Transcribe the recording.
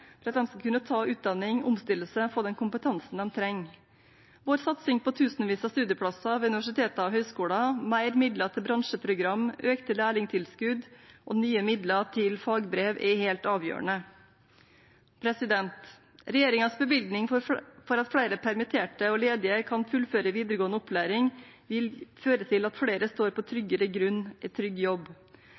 for at de skal kunne ta utdanning, omstille seg og få den kompetansen de trenger. Vår satsing på tusenvis av studieplasser ved universiteter og høyskoler, mer midler til bransjeprogram, økt lærlingtilskudd og nye midler til fagbrev, er helt avgjørende. Regjeringens bevilgning for at flere permitterte og ledige kan fullføre videregående opplæring, vil føre til at flere står på tryggere grunn i trygg jobb.